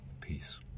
Peace